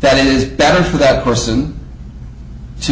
that is better for that person to